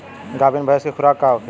गाभिन भैंस के खुराक का होखे?